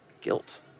guilt